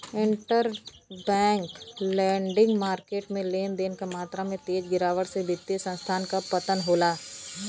interbank lending market में लेन देन क मात्रा में तेज गिरावट से वित्तीय संस्थान क पतन होला